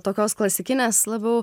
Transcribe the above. tokios klasikinės labiau